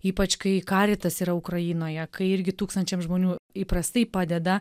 ypač kai karitas yra ukrainoje kai irgi tūkstančiam žmonių įprastai padeda